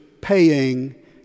paying